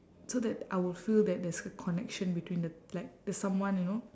so that I will feel that there's a connection between the like there's someone you know